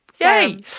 Yay